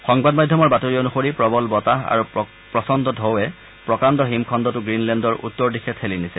সংবাদ মাধ্যমৰ বাতৰি অনুসৰি প্ৰবল বতাহ আৰু প্ৰচণ্ড টৌৰে প্ৰকাণ্ড হিমখণ্ডটো গ্ৰীনলেণ্ডৰ উত্তৰ দিশে ঠেলি নিছে